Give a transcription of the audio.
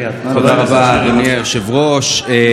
תודה רבה, אדוני היושב-ראש.